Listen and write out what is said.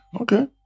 Okay